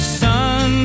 sun